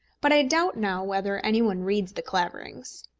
but i doubt now whether any one reads the claverings.